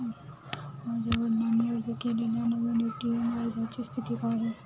माझ्या वडिलांनी अर्ज केलेल्या नवीन ए.टी.एम अर्जाची स्थिती काय आहे?